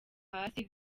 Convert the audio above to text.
hasi